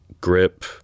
grip